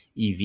EV